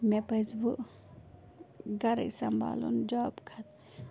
مےٚ پَزِ وۄنۍ گَرَے سنٛبالُن جاب کھۄتہٕ